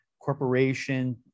corporation